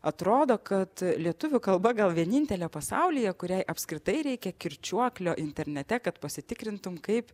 atrodo kad lietuvių kalba gal vienintelė pasaulyje kuriai apskritai reikia kirčiuoklio internete kad pasitikrintum kaip